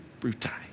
brutai